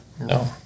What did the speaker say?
No